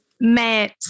met